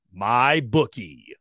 MyBookie